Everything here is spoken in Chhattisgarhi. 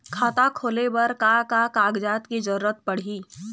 खाता खोले बर का का कागजात के जरूरत पड़ही?